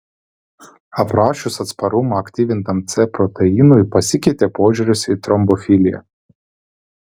aprašius atsparumą aktyvintam c proteinui pasikeitė požiūris į trombofiliją